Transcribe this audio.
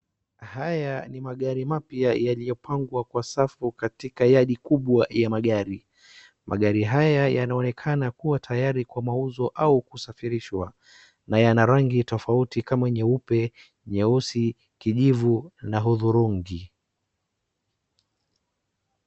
Haya ni magari mapya Yaliyopangwa kwa safu katika yadi kubwa ya magari. Magari haya yanaonekana kuwa tayari kwa mauzo au kusafirishwa na rangi tofauti kama nyeupe, nyeusi, kijivu na hudhurungi.